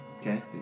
okay